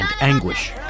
anguish